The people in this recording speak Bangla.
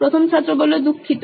প্রথম ছাত্র দুঃখিত